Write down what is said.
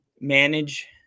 manage